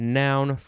noun